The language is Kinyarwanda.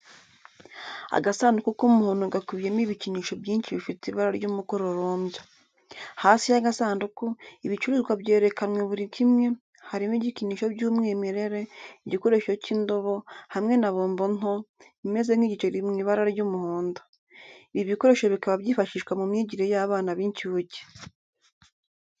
Agasanduku k'umuhondo gakubiyemo ibikinisho byinshi bifite ibara ry'umukororombya. Hasi y'agasanduku, ibicuruzwa byerekanwe buri kimwe, harimo igikinisho cy'umwimerere, igikoresho cy'indobo, hamwe na bombo nto, imeze nk'igiceri mu ibara ry'umuhondo. Ibi bikoresho bikaba byifashishwa mu myigire y'abana b'incuke.